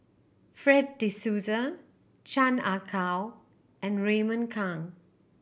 Fred De Souza Chan Ah Kow and Raymond Kang